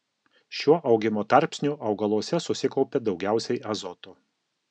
šiuo augimo tarpsniu augaluose susikaupia daugiausiai azoto